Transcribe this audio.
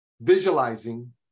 visualizing